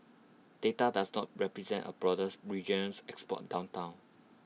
data does not represent A broader regional export downturn